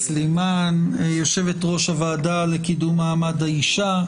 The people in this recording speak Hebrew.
סלימאן, יושבת-ראש הוועדה לקידום מעמד האישה,